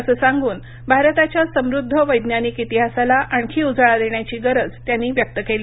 असं सांगून भारताच्या समृद्ध वैज्ञानिक इतिहासाला आणखी उजाळा देण्याची गरज त्यांनी व्यक्त केली